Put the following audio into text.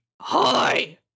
Hi